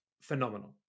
Phenomenal